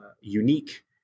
unique